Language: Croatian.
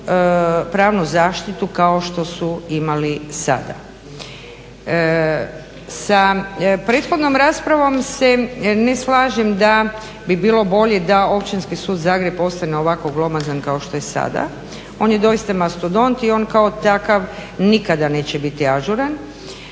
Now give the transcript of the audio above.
pravnu zaštitu kao što su imali sada. Sa prethodnom raspravom se ne slažem da bi bilo bolje da Općinski sud Zagreb ostane ovako glomazan kao što je sada. On je doista mastodont i on kao takav nikada neće biti ažuran.